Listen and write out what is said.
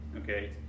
Okay